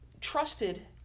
trusted